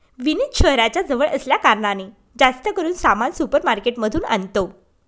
विनीत शहराच्या जवळ असल्या कारणाने, जास्त करून सामान सुपर मार्केट मधून आणतो